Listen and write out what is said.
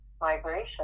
migration